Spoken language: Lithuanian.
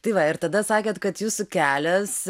tai va ir tada sakėt kad jūsų kelias